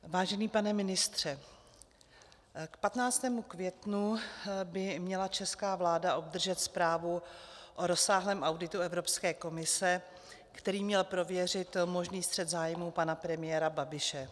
Vážený pane ministře, k 15. květnu by měla česká vláda obdržet zprávu o rozsáhlém auditu Evropské komise, který měl prověřit možný střet zájmů pana premiéra Babiše.